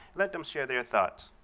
let them share their thoughts.